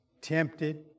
Tempted